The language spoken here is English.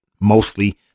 mostly